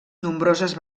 nombroses